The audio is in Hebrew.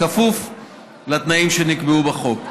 בכפוף לתנאים שנקבעו בחוק.